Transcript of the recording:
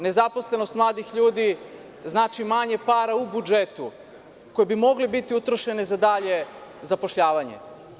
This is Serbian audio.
Nezaposlenost mladih ljudi znači manje para u budžetu, koje bi mogle biti utrošene za dalje zapošljavanje.